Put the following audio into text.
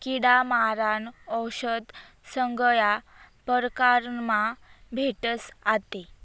किडा मारानं औशद सगया परकारमा भेटस आते